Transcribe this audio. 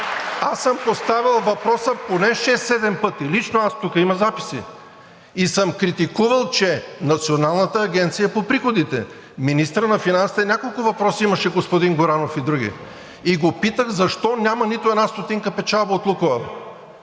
аз съм поставял въпроса поне 6 – 7 пъти, лично аз, тук има записи, и съм критикувал, че Националната агенция за приходите, към министъра на финансите имаше няколко въпроса – господин Горанов и другия. И го питах защо няма нито една стотинка печалба от „Лукойл“?